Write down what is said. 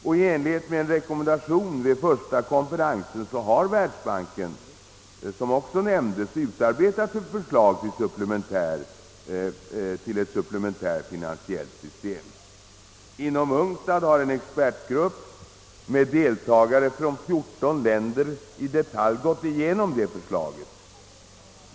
I enlighet med en rekommendation vid första konferensen har Världsbanken, såsom också nämndes, utarbetat ett förslag till ett supplementärt finansiellt system. Inom UNCTAD har en expertgrupp med deltagare från fjorton länder i detalj gått igenom detta förslag.